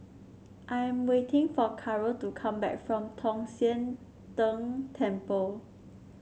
I am waiting for Caro to come back from Tong Sian Tng Temple